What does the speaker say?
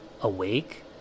awake